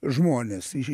žmonės iš